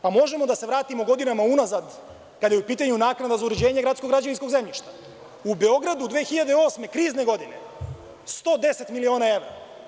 Pa možemo da se vratimo godinama unazad, kada je u pitanju naknada za uređenje gradskog-građevinskog zemljišta, u Beogradu 2008, krizne godine, 110 miliona evra.